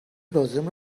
لازم